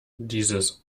dieses